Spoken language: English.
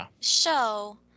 show